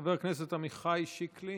חבר הכנסת עמיחי שיקלי.